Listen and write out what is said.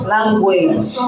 Language